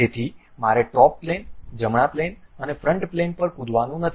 તેથી મારે top plane જમણા પ્લેન અને ફ્રન્ટ પ્લેન પર કૂદવાનું નથી